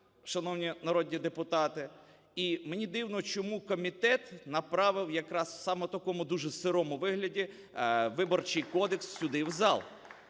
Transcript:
шановні народні депутати. І мені дивно, чому комітет направив якраз саме в такому дуже сирому вигляді Виборчий кодекс сюди в зал.